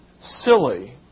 Silly